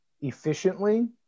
efficiently